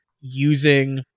using